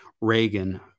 Reagan